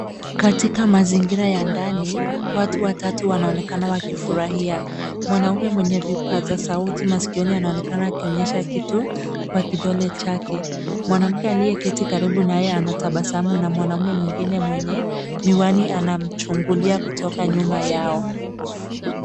Katika mazingira ya ndani watu watatu wanaonekana wakifurahia. Mwanaume mwenye vipazasauti maskioni anaonekana akionyesha kitu kwa kidole chake. Mwanamke aliyeketi karibu naye anatabasamu na mwanaume mwingine mwenye miwani anamchungulia kutoka nyuma yao.